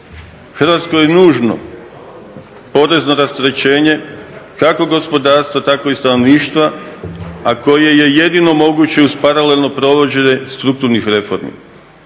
Hrvatskoj je nužno porezno rasterećenje kako gospodarstva, tako i stanovništva, a koje je jedino moguće uz paralelno provođenje strukturnih reformi.